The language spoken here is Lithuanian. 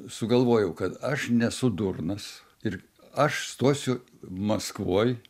sugalvojau kad aš nesu durnas ir aš stosiu maskvoj